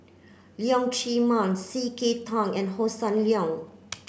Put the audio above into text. Leong Chee Mun C K Tang and Hossan Leong